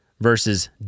versus